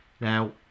Now